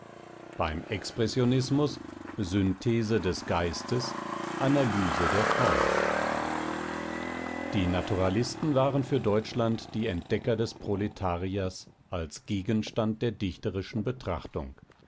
beim expressionismus synthese des geistes analyse der form die naturalisten waren für deutschland die entdecker des proletariers als gegenstand der dichterischen betrachtung